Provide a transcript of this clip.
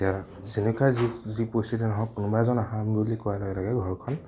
এতিয়া যেনেকুৱাই যি যি পৰিস্থিতি নহওক কোনোবা এজন আহা বুলি কোৱাৰ লগে লগে ঘৰখন